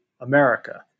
America